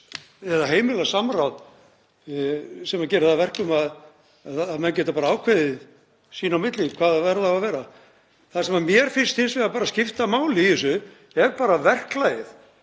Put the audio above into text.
að heimila samráð sem gerir það að verkum að menn geta bara ákveðið sín á milli hvaða verð á að vera. Það sem mér finnst hins vegar skipta máli í þessu er verklagið.